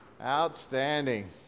Outstanding